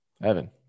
Evan